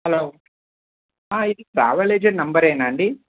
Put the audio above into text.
hello ఇది travel agent నంబరేనా అండీ